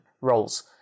roles